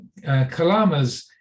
Kalamas